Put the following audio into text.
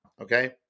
Okay